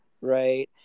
Right